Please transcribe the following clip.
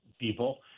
people